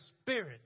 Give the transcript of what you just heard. spirit